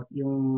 yung